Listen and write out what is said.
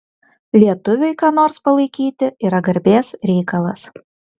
lietuviui ką nors palaikyti yra garbės reikalas